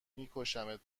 میکشمت